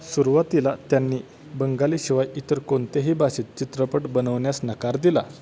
सुरुवातीला त्यांनी बंगालीशिवाय इतर कोणतेही भाषेत चित्रपट बनवण्यास नकार दिला